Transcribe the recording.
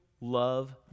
love